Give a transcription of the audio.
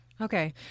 Okay